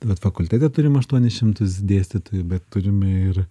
vat fakultete turim aštuonis šimtus dėstytojų bet turim ir